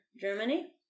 Germany